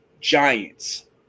giants